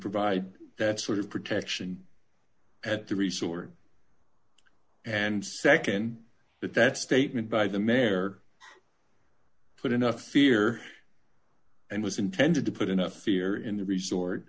provide that sort of protection at the resort and nd that that statement by the mayor put enough fear and was intended to put enough fear in the resort